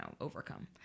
overcome